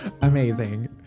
Amazing